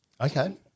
Okay